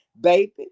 baby